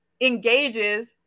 engages